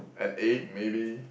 an egg maybe